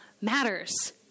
matters